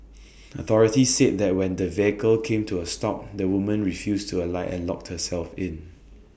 authorities said that when the vehicle came to A stop the woman refused to alight and locked herself in